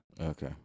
Okay